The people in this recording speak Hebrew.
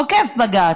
עוקף בג"ץ.